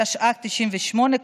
התשנ"ח 1998,